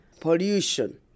pollution